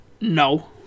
No